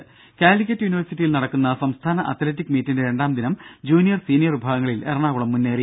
ദേദ കാലിക്കറ്റ് യൂനിവേഴ്സിറ്റിയിൽ നടക്കുന്ന സംസ്ഥാന അത് ലറ്റിക് മീറ്റിൻെറ രണ്ടാം ദിനം ജൂനിയർ സീനിയർ വിഭാഗങ്ങളിൽ എറണാകുളം മുന്നേറി